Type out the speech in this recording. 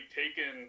taken